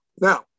Now